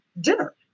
dinner